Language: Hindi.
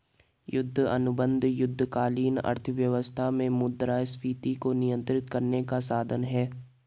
युद्ध अनुबंध युद्धकालीन अर्थव्यवस्था में मुद्रास्फीति को नियंत्रित करने का साधन हैं